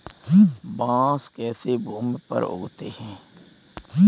बांस कैसे भूमि पर उगते हैं?